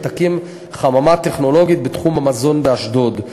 ותקים חממה טכנולוגית בתחום המזון באשדוד.